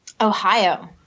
Ohio